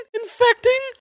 infecting